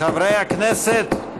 חברי הכנסת,